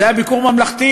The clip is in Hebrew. זה היה ביקור ממלכתי,